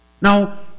Now